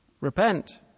repent